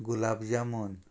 gulab jamun